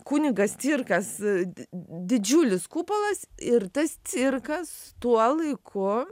kunigas cirkas didžiulis kupolas ir tas cirkas tuo laiku